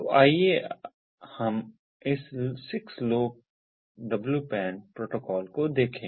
तो आइए हम इस 6LoWPAN प्रोटोकॉल को देखें